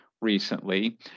recently